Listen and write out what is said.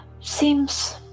seems